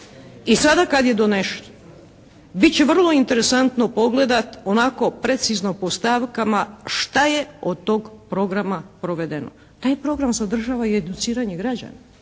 i sada kad je donesen bit će vrlo interesantno pogledati onako precizno po stavkama šta je od tog programa provedeno. Taj program sadržava i educiranje građana.